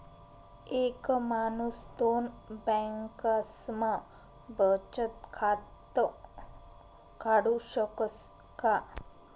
एक माणूस दोन बँकास्मा बचत खातं काढु शकस का?